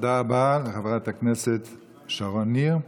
תודה רבה לחברת הכנסת שרון ניר.